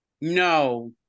No